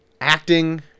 Acting